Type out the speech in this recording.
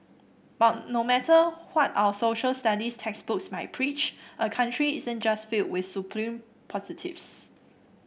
but no matter what our Social Studies textbooks might preach a country isn't just filled with supreme positives